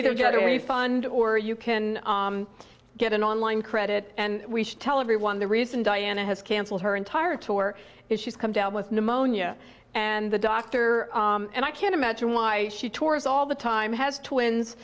either get away fund or you can get an on line credit and we should tell everyone the reason diana has cancelled her entire tour is she's come down with pneumonia and the dr and i can't imagine why she tours all the time has twins